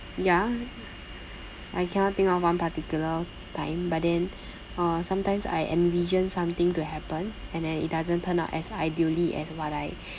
ya I cannot think of one particular time but then uh sometimes I envision something to happen and then it doesn't turn out as ideally as what I